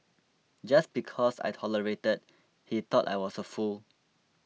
just because I tolerated that he thought I was a fool